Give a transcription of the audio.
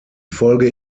folge